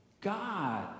God